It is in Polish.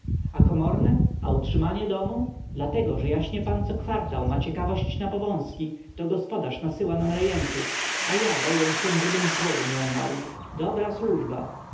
a komorne a utrzymanie domu dlatego że jaśnie pan co kwartał ma ciekawość na powązki to gospodarz nasyła nam rejentów a ja boję się żebym z głodu nie umarł dobra służba